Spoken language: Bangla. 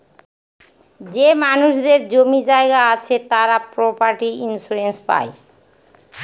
যে মানুষদের জমি জায়গা আছে তারা প্রপার্টি ইন্সুরেন্স পাই